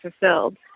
fulfilled